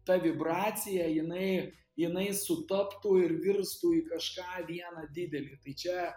ta vibracija jinai jinai sutaptų ir virstų į kažką vieną didelį tai čia